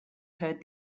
heard